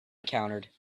encountered